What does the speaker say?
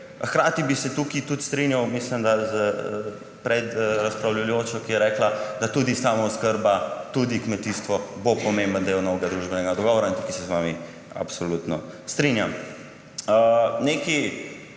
Hkrati bi se tukaj strinjal, mislim, da s predrazpravljajočo, ki je rekla, da bosta tudi samooskrba, tudi kmetijstvo pomemben del novega družbenega dogovora. Tukaj se z vami absolutno strinjam. Neki,